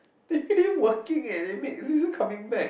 they didn't working eh they make coming back